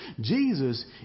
Jesus